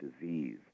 disease